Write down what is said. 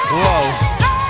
whoa